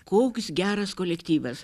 koks geras kolektyvas